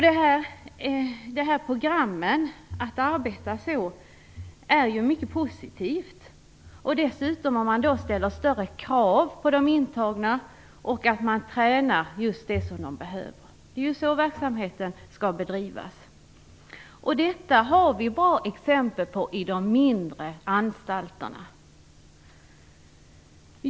Det är mycket positivt om man arbetar utifrån det programmet och dessutom ställer större krav på de intagna och tränar just det som de behöver. Det är ju så verksamheten skall bedrivas. Detta har vi bra exempel på vid de mindre anstalterna.